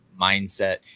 mindset